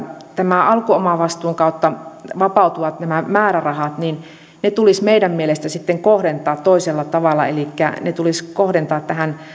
tämän alkuomavastuun kautta vapautuvat määrärahat tulisi meidän mielestämme sitten kohdentaa toisella tavalla elikkä ne tulisi kohdentaa tähän